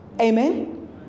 Amen